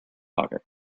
pocket